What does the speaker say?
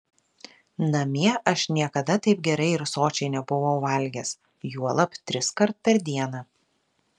namie aš niekada taip gerai ir sočiai nebuvau valgęs juolab triskart per dieną